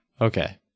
Okay